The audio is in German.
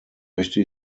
möchte